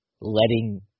letting